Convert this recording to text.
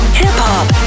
hip-hop